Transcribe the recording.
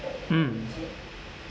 um